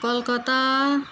Calcutta